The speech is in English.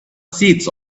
seats